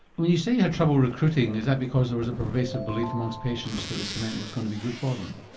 when you say you had trouble recruiting, is that because there was a pervasive belief among patients that the cement was going to be good for them?